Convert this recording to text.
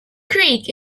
creek